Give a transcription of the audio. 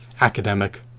academic